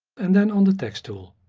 and then on the text tool.